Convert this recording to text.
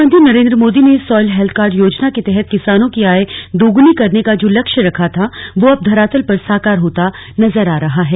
प्रधानमंत्री नरेंद्र मोदी ने soil health card योजना के तहत किसानों की आय दोगुनी करने का जो लक्ष्य रखा था वो अब धरातल पर साकार होता नजर आ रहा है